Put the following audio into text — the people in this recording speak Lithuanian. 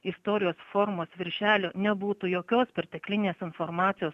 istorijos formos viršelio nebūtų jokios perteklinės informacijos